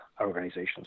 organizations